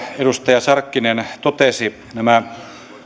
edustaja sarkkinen totesi nämä